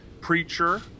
Preacher